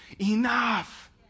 Enough